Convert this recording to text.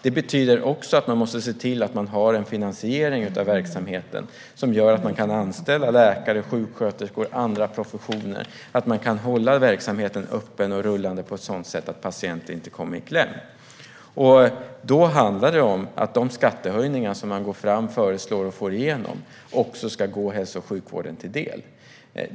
Det betyder också att man måste se till att man har en finansiering av verksamheten som gör att man kan anställa läkare, sjuksköterskor och andra professioner. Man måste kunna hålla verksamheten öppen och rullande på ett sådant sätt att patienter inte kommer i kläm. Då handlar det om att de skattehöjningar som man föreslår och får igenom också ska komma hälso och sjukvården till del.